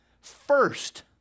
first